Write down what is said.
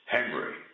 Henry